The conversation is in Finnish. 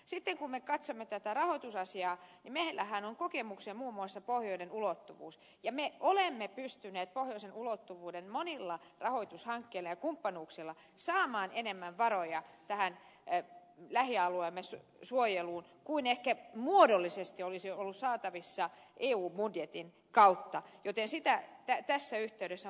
sitten kun me katsomme tätä rahoitusasiaa niin meillähän on kokemuksia muun muassa pohjoinen ulottuvuus ja me olemme pystyneen pohjoisen ulottuvuuden monilla rahoitushankkeilla ja kumppanuuksilla saamaan enemmän varoja tähän lähialueemme suojeluun kuin ehkä muodollisesti olisi ollut saatavissa eu budjetin kautta joten tässä yhteydessä on valittu se tie